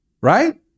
right